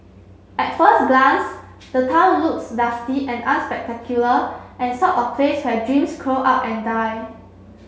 at first glance the town looks dusty and unspectacular and sort of place where dreams curl up and die